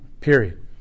period